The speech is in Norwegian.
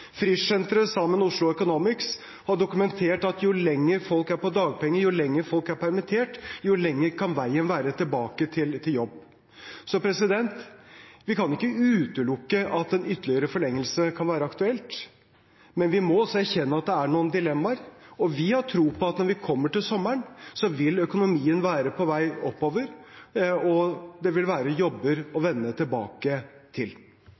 Frischsenteret sammen med Oslo Economics har dokumentert at jo lenger folk er på dagpenger, jo lenger folk er permittert, jo lengre kan veien være tilbake til jobb. Vi kan ikke utelukke at en ytterligere forlengelse kan være aktuelt, men vi må også erkjenne at det er noen dilemmaer. Vi har tro på at når vi kommer til sommeren, vil økonomien være på vei oppover, og det vil være jobber å vende tilbake til.